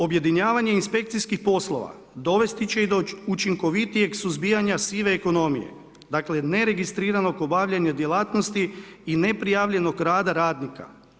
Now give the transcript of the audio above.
Objedinjavanje inspekcijskih poslova dovesti će i do učinkovitijeg suzbijanja sive ekonomije, dakle neregistriranog obavljanja djelatnosti i neprijavljenog rada radnika.